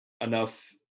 enough